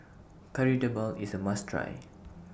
Kari Debal IS A must Try